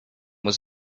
was